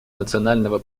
национального